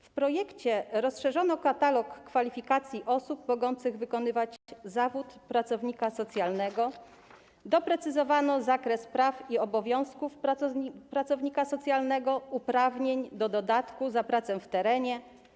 W projekcie rozszerzono katalog kwalifikacji osób mogących wykonywać zawód pracownika socjalnego, doprecyzowano zakres praw i obowiązków pracownika socjalnego i uprawnień do dodatku za pracę w terenie.